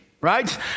Right